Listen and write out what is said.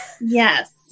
Yes